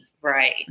Right